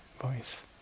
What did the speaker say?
voice